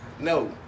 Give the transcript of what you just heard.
No